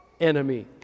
enemy